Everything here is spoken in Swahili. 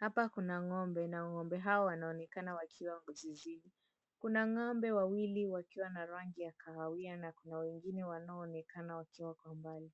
Hapa kuna ng'ombe na ng'ombe hawa wanaonekana wakiwa zizini. Kuna ng'ombe wawili wakiwa na rangi ya kahawia na wengine wanaonekana wakiwa kwa mbali.